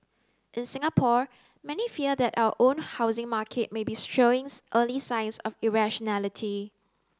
in Singapore many fear that our own housing market may be showing early signs of irrationality